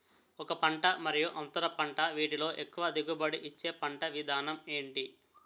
ఒక పంట మరియు అంతర పంట వీటిలో ఎక్కువ దిగుబడి ఇచ్చే పంట విధానం ఏంటి?